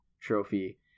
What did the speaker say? trophy